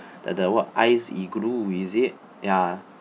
the the what ice igloo is it ya